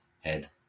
head